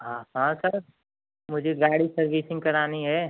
हाँ हाँ सर मुझे गाड़ी सर्विसिंग करानी है